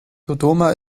dodoma